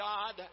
God